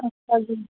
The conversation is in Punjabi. ਅੱਛਾ ਜੀ